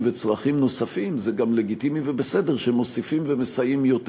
וצרכים נוספים זה גם לגיטימי ובסדר שמוסיפים ומסייעים יותר.